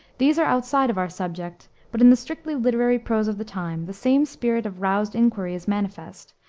these are outside of our subject, but in the strictly literary prose of the time, the same spirit of roused inquiry is manifest,